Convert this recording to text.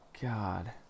god